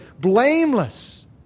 blameless